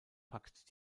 packt